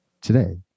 today